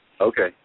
Okay